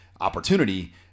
opportunity